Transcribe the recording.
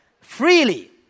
freely